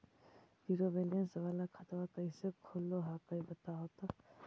Zero balance वाला खतवा कैसे खुलो हकाई बताहो तो?